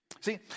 See